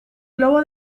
globo